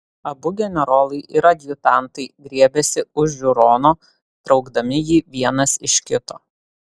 abu generolai ir adjutantai griebėsi už žiūrono traukdami jį vienas iš kito